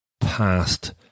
past